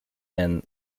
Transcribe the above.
and